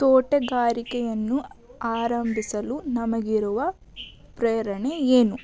ತೋಟಗಾರಿಕೆಯನ್ನು ಆರಂಭಿಸಲು ನಮಗಿರುವ ಪ್ರೇರಣೆ ಏನು